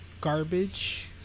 garbage